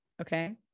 Okay